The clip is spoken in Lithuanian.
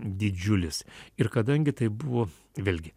didžiulis ir kadangi tai buvo vėlgi